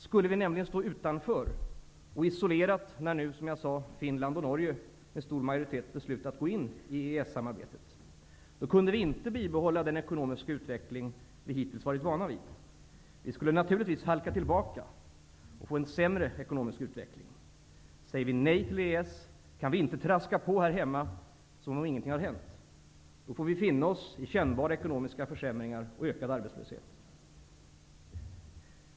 Skulle vi nämligen stå utanför och isolerat när nu Finland och Norge, som jag tidigare sade, beslutat med stor majoritet att gå in i EES-samarbetet, kunde vi inte bibehålla den ekonomiska utveckling vi hittills varit vana vid. Vi skulle naturligtvis halka tillbaka och få en sämre ekonomisk utveckling. Säger vi nej till EES kan vi inte traska på här hemma som om ingenting hade hänt. Då får vi finna oss i kännbara ekonomiska försämringar och ökad arbetslöshet.